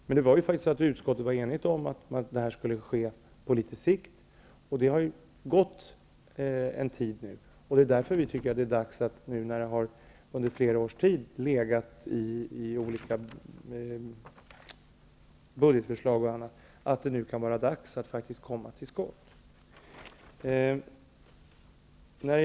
Men utskottet var då enigt om att det här skulle ske litet på sikt. Det har nu gått en tid. Under flera år har det funnits budgetförslag och annat, och därför tycker vi att det nu är dags att komma till skott.